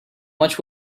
much